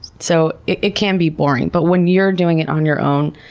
so it can be boring. but when you're doing it on your own,